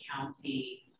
county